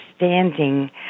understanding